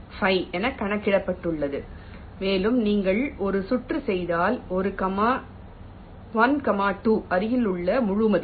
5 என கணக்கிடப்பட்டுள்ளது மேலும் நீங்கள் ஒரு சுற்று செய்தால் 1 கமா 2 அருகிலுள்ள முழு மதிப்பு